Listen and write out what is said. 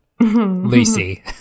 Lucy